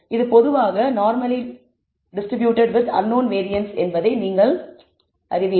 இது பொதுவாக normally distributed with unknown variance என்பதை நீங்கள் அறிவீர்கள்